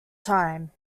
time